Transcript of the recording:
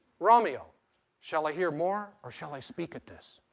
romeo shall i hear more, or shall i speak at this?